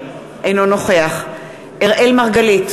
אינו נוכח אראל מרגלית,